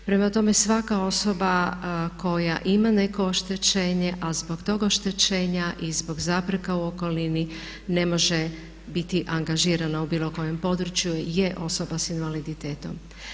Prema tome, svaka osoba koja ima neko oštećenje, a zbog tog oštećenja i zbog zapreka u okolini ne može biti angažirana u bilo kojem području je osoba s invaliditetom.